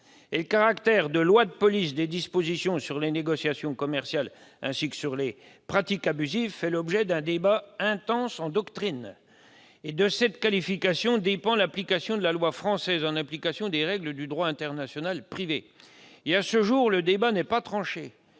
Le caractère de loi de police des dispositions sur les négociations commerciales, ainsi que sur les pratiques abusives, fait l'objet d'un débat intense en doctrine. De cette qualification dépend l'application de la loi française, selon les règles du droit international privé. À ce jour, le débat n'est pas tranché.